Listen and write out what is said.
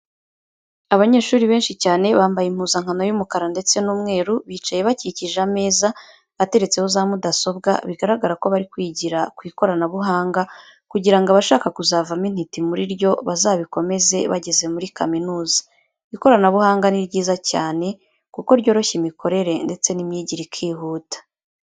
Abanyeshuri benshi cyane bambaye impuzankano y'umukara ndetse n'umweru, bicaye bakikije ameza ateretseho za mudasobwa bigaragara ko bari kwigira ku ikoranabuhanga kugira ngo abashaka kuzavamo intiti muri ryo bazabikomeze bageze muri kaminuza. Ikoranabuhanga ni ryiza cyane kuko ryoroshya imikorere ndetse n'imyigire ikihuta.